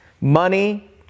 Money